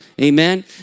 Amen